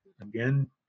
Again